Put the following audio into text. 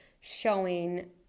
showing